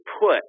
put